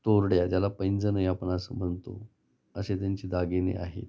तोरड्या ज्याला पैंजणही आपण असं म्हणतो असे त्यांचे दागिने आहेत